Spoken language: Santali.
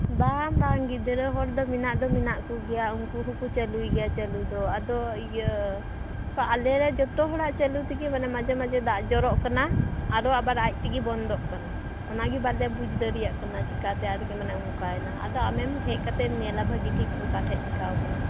ᱵᱟᱝ ᱵᱟᱝ ᱜᱤᱫᱽᱨᱟᱹ ᱦᱚᱲᱫᱚ ᱢᱮᱱᱟᱜ ᱫᱚ ᱢᱮᱱᱟᱜ ᱠᱚᱜᱮᱭᱟ ᱩᱱᱠᱩ ᱦᱚᱸᱠᱚ ᱪᱟ ᱞᱩᱭ ᱜᱮᱭᱟ ᱪᱟ ᱞᱩ ᱫᱚ ᱟᱫᱚ ᱤᱭᱟ ᱟᱞᱮ ᱨᱮ ᱡᱚᱛᱚ ᱦᱚᱲᱟᱜ ᱪᱟ ᱞᱩᱛᱮᱜᱮ ᱢᱟᱱᱮ ᱢᱟᱡᱷᱮ ᱢᱟᱡᱷᱮ ᱫᱟᱜ ᱡᱚᱨᱚᱜ ᱠᱟᱱᱟ ᱟᱫᱚ ᱟᱵᱟᱨ ᱟᱡ ᱛᱮᱜᱮ ᱵᱚᱱᱫᱚᱜ ᱠᱟᱱᱟ ᱚᱱᱟᱜᱮ ᱵᱟᱝᱞᱮ ᱵᱩᱡᱷ ᱫᱟ ᱲᱮᱭᱟᱜ ᱠᱟᱱᱟ ᱪᱤᱠᱟᱛᱮ ᱟᱹᱰᱤᱜᱮ ᱢᱟᱱᱮ ᱚᱱᱠᱟᱭᱮᱱᱟ ᱟᱫᱚ ᱟᱢᱮᱢ ᱦᱮᱡᱠᱟᱛᱮᱢ ᱧᱮᱞᱟ ᱵᱷᱟ ᱜᱮᱴᱷᱤᱠ ᱚᱠᱟᱴᱷᱮᱡ ᱪᱤᱠᱟᱹ ᱟᱠᱟᱱᱟ